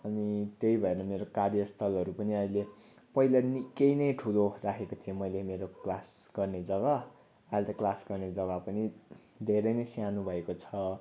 अनि त्यही भएर मेरो कार्यस्थलहरू पनि अहिले पहिला निक्कै नै ठुलो राखेको थिएँ मैले मेरो क्लास गर्ने जग्गा अहिले त क्लास गर्ने जग्गा पनि धेरै नै सानो भएको छ